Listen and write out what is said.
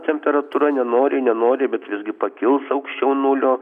temperatūra nenori nenori bet visgi pakils aukščiau nulio